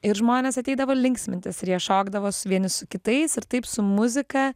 ir žmonės ateidavo linksmintis ir jie šokdavo su vieni su kitais ir taip su muzika